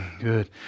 good